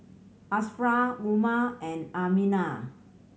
Ashraf Umar and Aminah